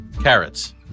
Carrots